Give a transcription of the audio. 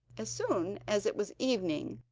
as soon as it was evening,